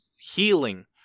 Healing